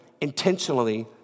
intentionally